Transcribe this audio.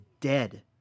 dead